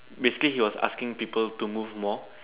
basically he was asking people to move more